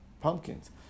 pumpkins